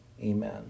Amen